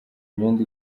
imyenda